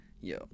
Yo